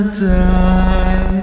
die